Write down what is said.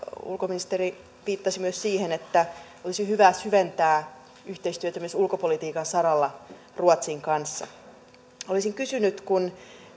ulkoministeri viittasi myös siihen että olisi hyvä syventää yhteistyötä myös ulkopolitiikan saralla ruotsin kanssa kun